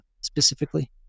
specifically